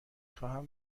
خواهم